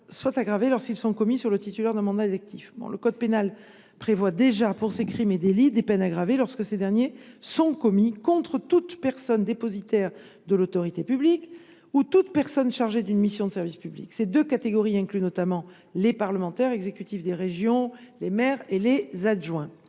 soient aggravés lorsqu’ils sont commis sur le titulaire d’un mandat électif. Le code pénal prévoit déjà des peines aggravées lorsque ces crimes et délits sont commis contre toute personne dépositaire de l’autorité publique ou chargée d’une mission de service public. Ces deux catégories incluent notamment les parlementaires, les exécutifs régionaux, les maires et les adjoints.